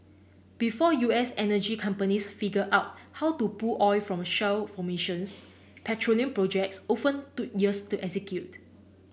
before U S energy companies figure out how to pull oil from shale formations petroleum projects often took years to execute